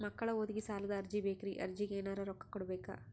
ಮಕ್ಕಳ ಓದಿಗಿ ಸಾಲದ ಅರ್ಜಿ ಬೇಕ್ರಿ ಅರ್ಜಿಗ ಎನರೆ ರೊಕ್ಕ ಕೊಡಬೇಕಾ?